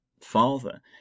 father